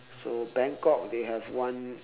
so bangkok they have one